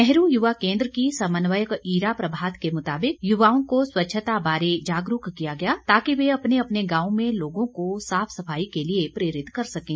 नेहरू युवा केन्द्र की समन्वयक ईरा प्रभात के मुताबिक युवाओं को स्वच्छता बारे जागरूक किया गया ताकि वे अपने अपने गांव में लोगों को साफ सफाई के बारे प्रेरित करे सकें